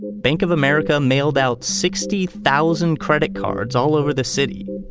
bank of america mailed out sixty thousand credit cards all over the city.